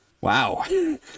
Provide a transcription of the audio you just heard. wow